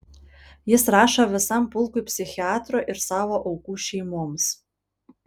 jis rašo visam pulkui psichiatrų ir savo aukų šeimoms